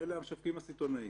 אלה המשווקים הסיטונאים.